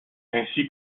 ainsi